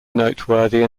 noteworthy